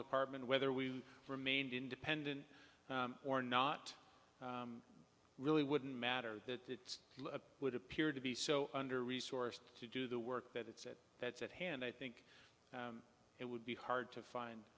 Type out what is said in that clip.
department whether we remained independent or not really wouldn't matter that it would appear to be so under resourced to do the work that it's it that's at hand i think it would be hard to find